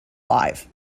live